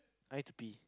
I need to pee